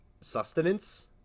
sustenance